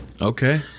Okay